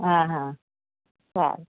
હા હા સારું